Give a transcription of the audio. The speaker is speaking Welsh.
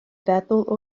feddwl